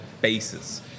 bases